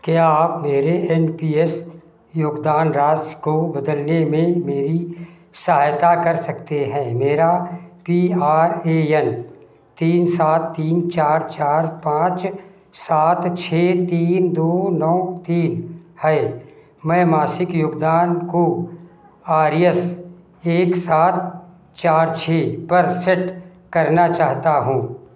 क्या आप मेरे एन पी एस योगदान राशि को बदलने में मेरी सहायता कर सकते हैं मेरा पी आर ए एन तीन सात तीन चार चार पाँच सात छह तीन दो नौ तीन है मैं मासिक योगदान को आर एस एक सात चार छह पर सेट करना चाहता हूँ